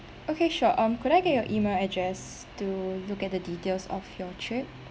okay sure um could I get your E-mail address to look at the details of your trip